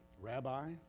Rabbi